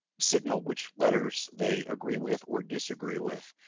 signal which letters they agree with or disagree with.